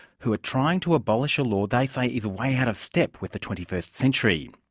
who are trying to abolish a law they say is way out of step with the twenty first century.